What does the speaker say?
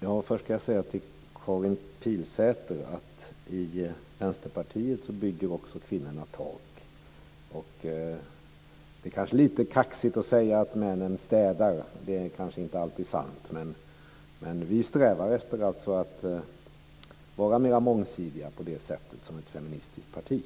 Fru talman! Först ska jag säga till Karin Pilsäter att också kvinnorna bygger tak i Vänsterpartiet. Det är kanske lite kaxigt att säga att männen städar. Det är kanske inte alltid sant, men vi strävar efter att vara mera mångsidiga på det sättet som ett feministiskt parti.